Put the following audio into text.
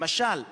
למשל,